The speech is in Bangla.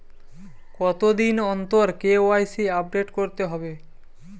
কতদিন অন্তর কে.ওয়াই.সি আপডেট করতে হবে?